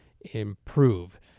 improve